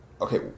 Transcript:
okay